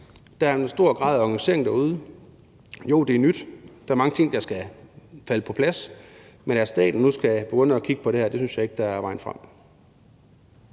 Det har en stor grad af organisering derude. Jo, det er nyt, og der er mange ting, der skal falde på plads, men at staten nu skal begynde at kigge på det her, synes jeg ikke er vejen frem.